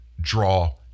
draw